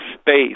space